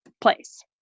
place